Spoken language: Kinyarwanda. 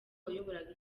wayoboraga